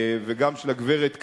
וגם של הגברת קלינטון,